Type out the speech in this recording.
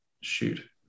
shoot